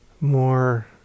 more